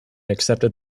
accepted